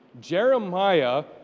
Jeremiah